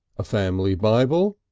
a family bible,